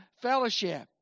fellowship